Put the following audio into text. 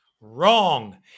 Wrong